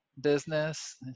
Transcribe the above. business